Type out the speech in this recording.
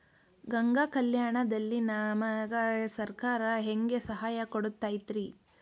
ಗಂಗಾ ಕಲ್ಯಾಣ ದಲ್ಲಿ ನಮಗೆ ಸರಕಾರ ಹೆಂಗ್ ಸಹಾಯ ಕೊಡುತೈತ್ರಿ?